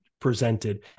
presented